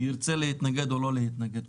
ירצה להתנגד או להתנגד?